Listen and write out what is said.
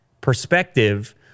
perspective